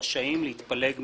רשאים להתפלג מסיעה.